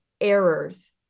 errors